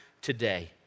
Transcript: today